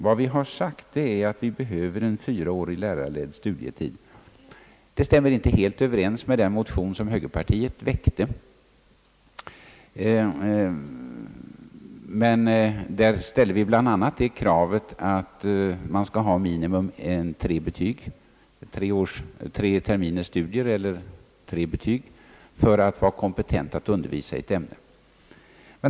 Vad vi sagt är, att det behövs fyraårig lärarledd studietid. Det stämmer inte helt överens med den motion högerpartiet väckte. Där ställde vi bland annat kravet att det skall vara minimum tre terminers studier eller tre betyg för kompetens att undervisa i ett ämne.